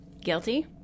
Guilty